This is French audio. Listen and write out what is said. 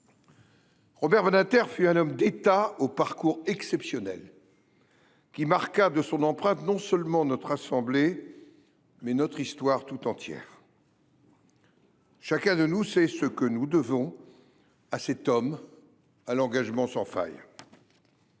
Robert Badinter fut un homme d’État au parcours exceptionnel. Il marqua de son empreinte non seulement notre assemblée, mais notre histoire tout entière. Chacun de nous sait ce que nous devons à cet homme à l’engagement sans faille.